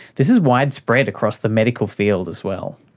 this is widespread across the medical field as well.